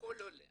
שכל עולה